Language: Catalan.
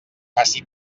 faci